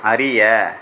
அறிய